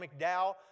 McDowell